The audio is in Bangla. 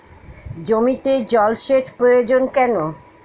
জমিতে জল সেচ প্রয়োজন কেন?